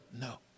no